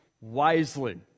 wisely